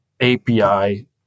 API